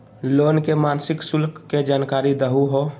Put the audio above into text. Loan के मासिक शुल्क के जानकारी दहु हो?